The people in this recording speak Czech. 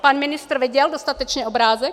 Pan ministr viděl dostatečně obrázek?